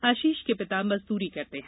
आशीष के पिता मजदूरी करते हैं